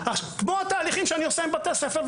כמו התהליכים שאני עושה עם בתי ספר,